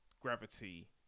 gravity